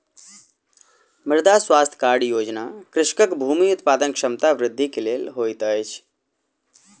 मृदा स्वास्थ्य कार्ड योजना कृषकक भूमि उत्पादन क्षमता वृद्धि के लेल होइत अछि